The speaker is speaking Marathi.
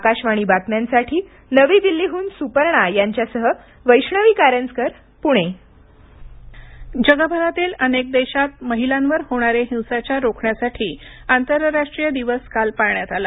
आकाशवाणी बातम्यांसाठी नवी दिल्लीहून सुपर्णा यांच्या सहा वैष्णवी कारंजकर पुणे महिला हिंसाचार जगभरातील अनेक देशांत महिलांवर होणारे हिंसाचार रोखण्यासाठी आंतरराष्ट्रीय दिवस काल पाळण्यात आला